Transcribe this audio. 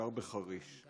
גר בחריש,